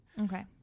Okay